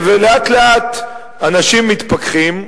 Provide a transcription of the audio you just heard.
לאט לאט אנשים מתפכחים.